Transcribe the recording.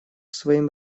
своим